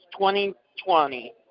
2020